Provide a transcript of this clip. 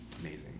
Amazing